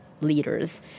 leaders